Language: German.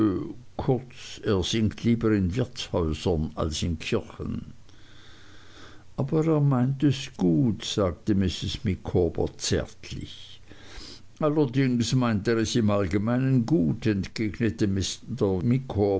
kurz er singt lieber in wirtshäusern als in kirchen aber er meint es gut sagte mrs micawber zärtlich allerdings meint er es im allgemeinen gut entgegnete